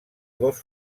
dos